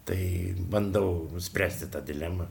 tai bandau nuspręsti tą dilemą